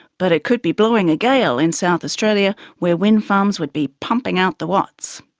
but it could be blowing a gale in south australia where windfarms would be pumping out the watts.